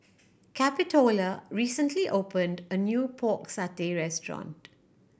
Capitola recently opened a new Pork Satay restaurant